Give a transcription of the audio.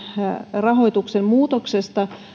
rahoituksen muutoksesta